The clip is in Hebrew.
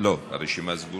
תודה לך.